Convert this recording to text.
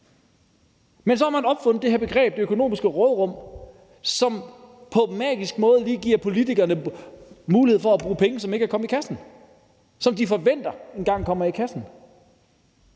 Men så har man opfundet det her begreb, nemlig det økonomiske råderum, som på magisk vis lige giver politikerne mulighed for at bruge penge, som ikke er kommet i kassen, men som de forventer engang kommer i kassen.